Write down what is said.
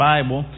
Bible